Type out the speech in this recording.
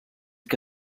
que